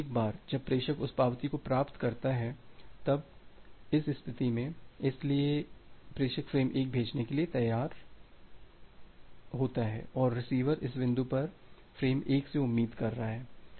एक बार जब प्रेषक उस पावती को प्राप्त करता है तो यह अब इस स्थिति में है इसलिए प्रेषक फ्रेम 1 भेजने के लिए तैयार है और रिसीवर इस बिंदु पर फ्रेम 1 से उम्मीद कर रहा है